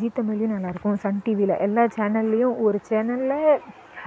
ஜீ தமிழ்லியும் நல்லாருக்கும் சன் டிவியில எல்லா சேனல்லேயும் ஒரு சேனல்ல